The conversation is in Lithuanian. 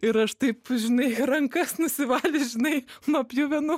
ir aš taip žinai rankas nusivalius žinai nuo pjuvenų